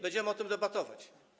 Będziemy o tym debatować.